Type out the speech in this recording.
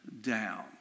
down